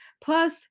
Plus